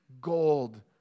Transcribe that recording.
gold